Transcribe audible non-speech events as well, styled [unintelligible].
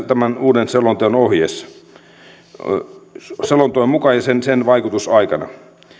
[unintelligible] tämän uuden selonteon mukaisena vaikutusaikana